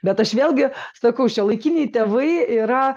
bet aš vėlgi sakau šiuolaikiniai tėvai yra